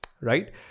right